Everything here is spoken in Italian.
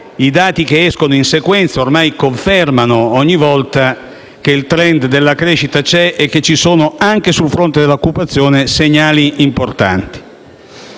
i dati che escono in sequenza ormai confermano ogni volta che il *trend* della crescita c'è e che anche sul fronte dell'occupazione ci sono segnali importanti.